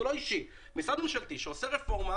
זה לא אישי משרד ממשלתי שעושה רפורמה,